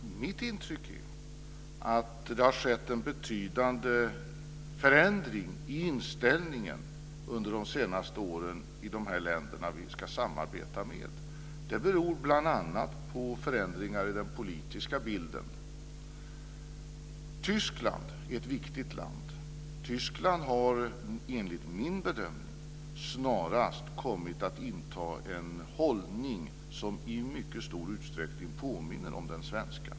Fru talman! Mitt intryck är att det under de senaste åren har skett en betydande förändring i inställningen i de länder som vi ska samarbeta med. Det beror bl.a. på förändringar i den politiska bilden. Tyskland är ett viktigt land. Tyskland har enligt min bedömning snarast kommit att inta en hållning som i mycket stor utsträckning påminner om den svenska.